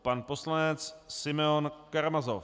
Pan poslanec Simeon Karamazov.